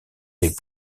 les